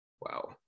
Wow